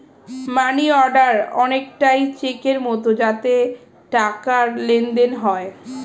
মানি order অনেকটা চেকের মতো যাতে টাকার লেনদেন হয়